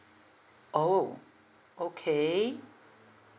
oh okay